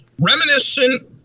reminiscent